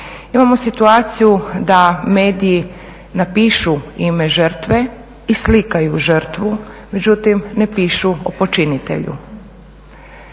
Imamo situaciju da mediji napišu ime žrtve i slikaju žrtvu, međutim ne pišu o počinitelju.